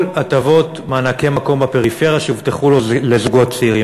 הטבות מענקי מקום בפריפריה שהובטחו לזוגות צעירים.